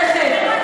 תכף.